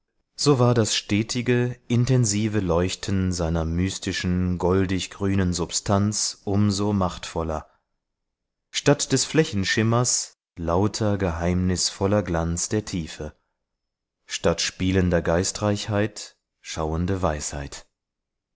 so war das stetige intensive leuchten seiner mystischen goldig grünen substanz um so machtvoller statt des flächenschimmers lauter geheimnisvoller glanz der tiefe statt spielender geistreichheit schauende weisheit